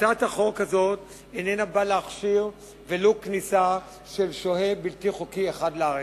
הצעת החוק הזאת איננה באה להכשיר ולו כניסה של שוהה בלתי חוקי אחד לארץ,